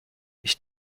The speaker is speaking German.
ich